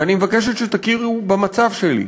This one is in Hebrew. ואני מבקשת שתכירו במצב שלי,